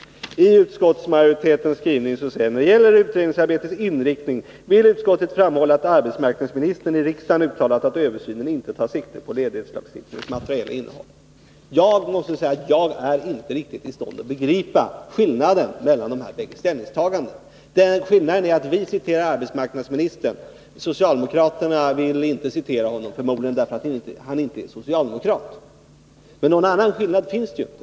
I utskottsmajoritetens skrivning står det: ”När det gäller utredningsarbetets inriktning vill utskottet framhålla att arbetsmarknadsministern i riksdagen uttalat att översynen inte tar sikte på ledighetslagstiftningens materiella innehåll.” Jag måste säga: Jag är inte riktigt i stånd att begripa skillnaden mellan de här bägge ställningstagandena. Skillnaden är att vi citerar arbetsmarknadsministern, medan socialdemokraterna inte vill citera honom, förmodligen därför att han inte är socialdemokrat. Men någon annan skillnad finns det inte.